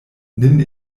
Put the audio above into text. nin